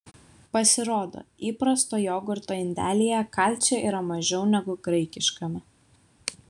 pasirodo įprasto jogurto indelyje kalcio yra mažiau negu graikiškame